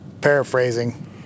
paraphrasing